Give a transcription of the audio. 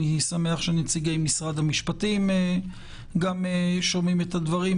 אני שמח שנציגי משרד המשפטים שומעים את הדברים.